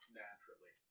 naturally